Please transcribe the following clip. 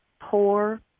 poor